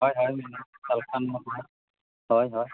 ᱦᱚᱭ ᱦᱚᱭ ᱥᱟᱞᱠᱷᱟᱱ ᱢᱩᱨᱢᱩ ᱦᱚᱭ ᱦᱚᱭ